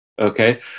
Okay